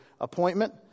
appointment